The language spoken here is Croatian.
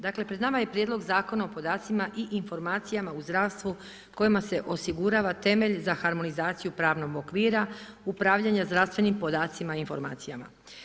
Dakle, pred nama je Prijedlog Zakona o podacima i informacijama u zdravstvu kojima se osigurava temelj za harmonizaciju pravnog okvira, upravljanja zdravstvenim podacima i informacijama.